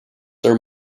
are